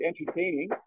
entertaining